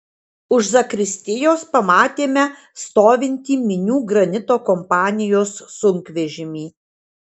už zakristijos pamatėme stovintį minių granito kompanijos sunkvežimį